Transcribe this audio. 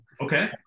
Okay